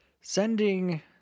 sending